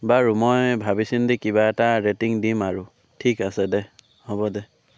বাৰু মই ভাবি চিন্তি কিবা এটা ৰেটিং দিম আৰু ঠিক আছে দে হ'ব দে